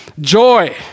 joy